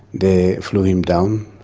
they flew him down,